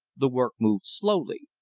the work moved slowly.